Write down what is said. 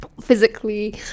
physically